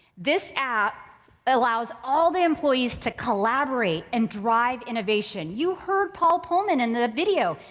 this app allows all the employees to collaborate and drive innovation. you heard paul pullman in the video.